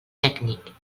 tècnic